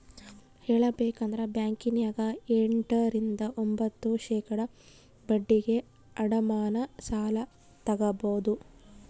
ಹೇಳಬೇಕಂದ್ರ ಬ್ಯಾಂಕಿನ್ಯಗ ಎಂಟ ರಿಂದ ಒಂಭತ್ತು ಶೇಖಡಾ ಬಡ್ಡಿಗೆ ಅಡಮಾನ ಸಾಲ ತಗಬೊದು